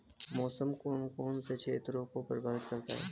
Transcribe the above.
मौसम कौन कौन से क्षेत्रों को प्रभावित करता है?